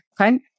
Okay